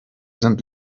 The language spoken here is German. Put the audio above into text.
sind